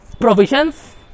provisions